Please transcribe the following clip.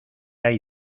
hay